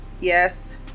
yes